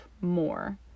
more